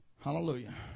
Hallelujah